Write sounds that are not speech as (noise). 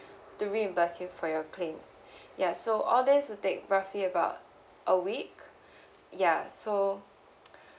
to reimburse you for your claim (breath) ya so all these will take roughly about a week ya so